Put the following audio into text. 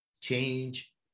change